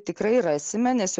tikrai rasime nes